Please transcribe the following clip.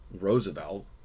Roosevelt